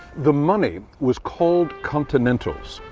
the money was called continentals.